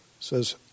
says